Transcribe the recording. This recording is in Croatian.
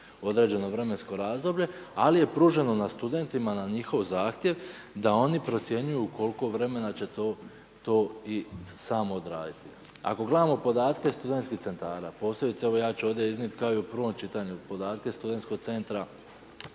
određene vremensko razdoblje ali je pruženo na studentima na njihov zahtjev, da oni procjenjuju koliko vremena će to i sami odraditi. Ako gledamo podatke SC-ova, posebice evo ja ću ovdje iznest ako i u prvom čitanju podatke SC Split.